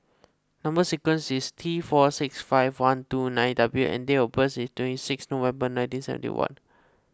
Number Sequence is T four six five one two nine W and date of birth is twenty six November nineteen seventy one